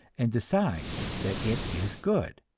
and decides that it is good